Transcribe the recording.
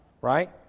right